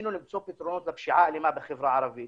שניסינו למצוא פתרונות לפשיעה האלימה בחברה הערבית